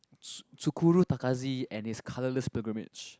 ts~ Tsukusu Tazaki and his colorless pilgrimage